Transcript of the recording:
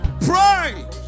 pray